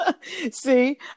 see